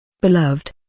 Beloved